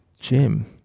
Jim